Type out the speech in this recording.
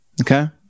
Okay